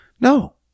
No